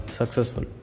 successful